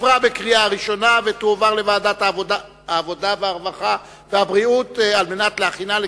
לוועדת העבודה, הרווחה והבריאות נתקבלה.